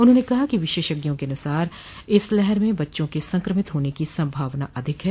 उन्होंने कहा कि विशेषज्ञों के अनुसार इस लहर में बच्चों के संक्रमित होने की संभावना अधिक है